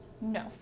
No